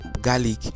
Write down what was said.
garlic